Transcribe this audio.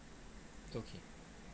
okay